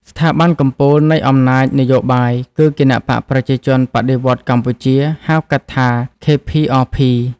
ស្ថាប័នកំពូលនៃអំណាចនយោបាយគឺ "គណបក្សប្រជាជនបដិវត្តន៍កម្ពុជា" (ហៅកាត់ថា KPRP)។